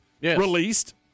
released